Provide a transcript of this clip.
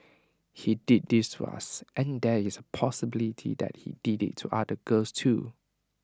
he did this to us and there is A possibility that he did IT to other girls too